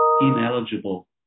ineligible